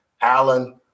Allen